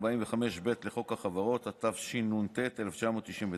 345ב לחוק החברות, התשנ"ט 1999,